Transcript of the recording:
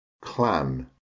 clan